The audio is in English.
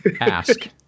ask